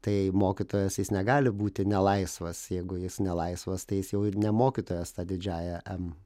tai mokytojas jis negali būti nelaisvas jeigu jis nelaisvas tai jis jau ir ne mokytojas ta didžiąja em